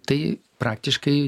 tai praktiškai